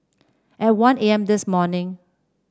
at one A M this morning